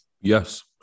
Yes